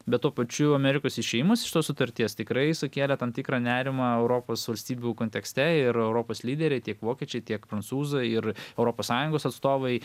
bet tuo pačiu amerikos išėjimas iš tos sutarties tikrai sukėlė tam tikrą nerimą europos valstybių kontekste ir europos lyderiai tiek vokiečiai tiek prancūzai ir europos sąjungos atstovai